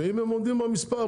ואם הם עומדים במספר,